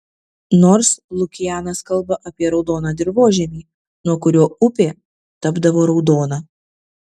nors lukianas kalba apie raudoną dirvožemį nuo kurio upė tapdavo raudona